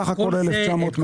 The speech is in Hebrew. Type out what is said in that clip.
סך הכול 1,900 מגה-ואט.